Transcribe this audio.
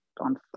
on